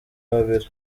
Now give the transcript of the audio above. babiri